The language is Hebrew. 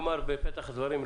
בפתח הדברים אני אומר,